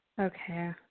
Okay